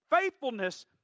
faithfulness